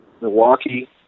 Milwaukee